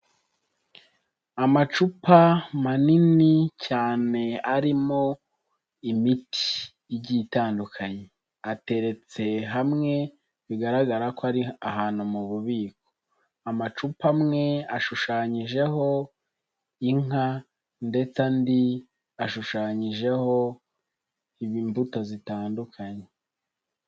Amacupa manini cyane arimo imiti igiye itandukanye ateretse hamwe bigaragara ko ari ahantu mu bubiko, amacupa amwe ashushanyijeho inka ndetse andi ashushanyijeho imbuto zitandukanye.